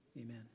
Amen